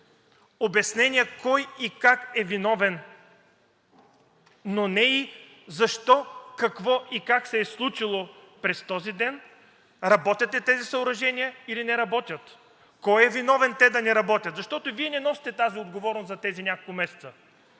обяснения кой и как е виновен, но не и защо, какво и как се е случило през този ден. Работят ли тези съоръжения, или не работят? Кой е виновен те да не работят? Вие не носите тази отговорност за тези няколко месеца,